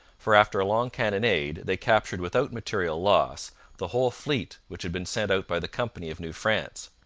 for after a long cannonade they captured without material loss the whole fleet which had been sent out by the company of new france.